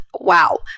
Wow